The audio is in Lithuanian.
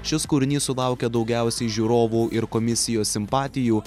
šis kūrinys sulaukė daugiausiai žiūrovų ir komisijos simpatijų